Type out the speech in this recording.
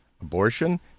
abortion